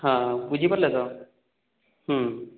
ହଁ ବୁଝିପାରିଲେ ତ